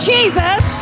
Jesus